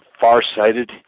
far-sighted